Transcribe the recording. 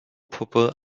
puppe